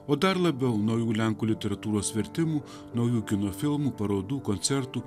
o dar labiau naujų lenkų literatūros vertimų naujų kino filmų parodų koncertų